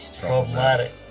problematic